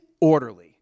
orderly